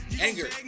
anger